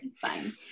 fine